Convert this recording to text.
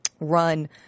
run